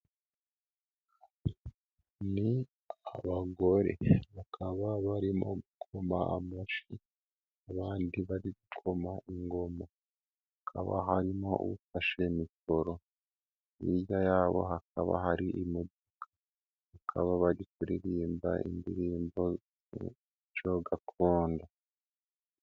Ni abagore bakaba barimo gukoma amashyi abandi bari gukoma ingoma, hakaba harimo ufashe mikoro hirya yabo hakaba hari imodoka, bakaba bari kuririmba indirimbo gakondo.